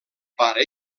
pare